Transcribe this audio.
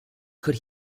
could